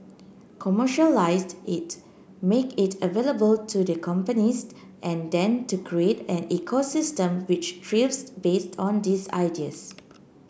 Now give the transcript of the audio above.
commercialised it make it available to the companies and then to create an ecosystem which thrives based on these ideas